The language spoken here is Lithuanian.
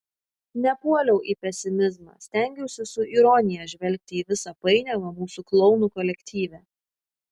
nepuoliau į pesimizmą stengiausi su ironija žvelgti į visą painiavą mūsų klounų kolektyve